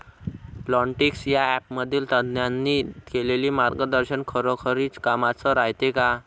Plantix या ॲपमधील तज्ज्ञांनी केलेली मार्गदर्शन खरोखरीच कामाचं रायते का?